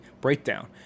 breakdown